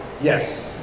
Yes